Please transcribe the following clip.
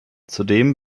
zudem